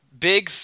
big